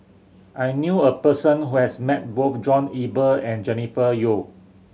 I knew a person who has met both John Eber and Jennifer Yeo